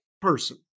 person